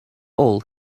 all